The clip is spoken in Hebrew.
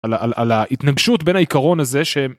על ההתנגשות בין העיקרון הזה שהם.